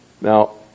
Now